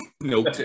Nope